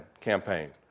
campaign